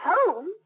Home